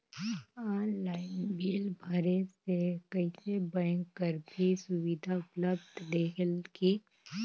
Online bill भरे से कइसे बैंक कर भी सुविधा उपलब्ध रेहेल की?